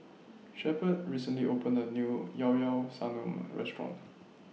Shepherd recently opened A New Llao Llao Sanum Restaurant